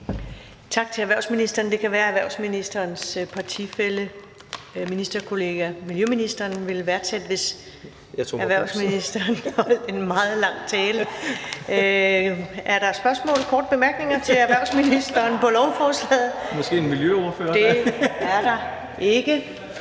Tak til erhvervsministeren. Det kan være, at erhvervsministerens partifælle og ministerkollega, miljøministeren, ville værdsætte, hvis erhvervsministeren holdt en meget lang tale. Er der korte bemærkninger til erhvervsministeren? Det er der ikke,